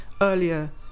earlier